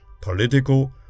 political